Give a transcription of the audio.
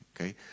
okay